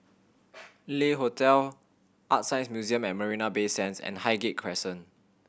Le Hotel ArtScience Museum at Marina Bay Sands and Highgate Crescent